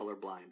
colorblind